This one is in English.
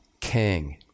king